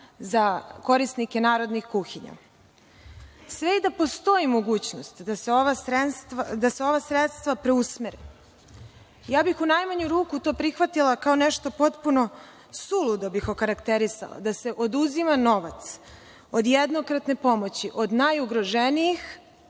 za korisnike narodnih kuhinja. Sve i da postoji mogućnost da se ova sredstva preusmere, ja bih u najmanju ruku to prihvatila kao nešto potpuno, suludo bih okarakterisala da se oduzima novac od jednokratne pomoći od najugroženijih